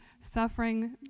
suffering